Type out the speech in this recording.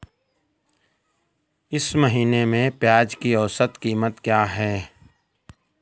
इस महीने में प्याज की औसत कीमत क्या है?